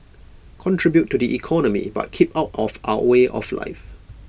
contribute to the economy but keep out of our way of life